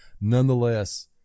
nonetheless